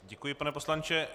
Děkuji, pane poslanče.